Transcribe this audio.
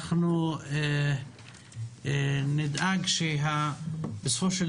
אנחנו נדאג שבסופו של